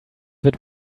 wird